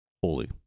holy